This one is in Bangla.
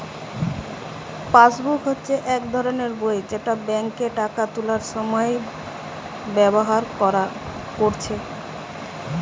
পাসবুক হচ্ছে এক ধরণের বই যেটা বেঙ্কে টাকা তুলার সময় ব্যাভার কোরছে